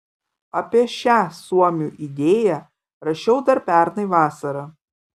apie šią suomių idėją rašiau dar pernai vasarą